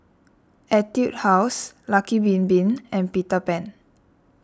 Etude House Lucky Bin Bin and Peter Pan